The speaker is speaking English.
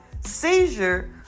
seizure